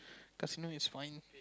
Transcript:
does he know it's following you